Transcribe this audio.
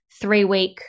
three-week